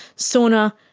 sauna,